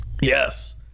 Yes